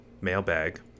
mailbag